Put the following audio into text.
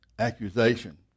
accusation